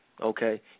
Okay